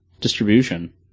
distribution